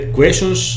questions